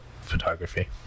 photography